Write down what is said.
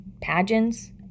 pageants